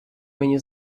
мені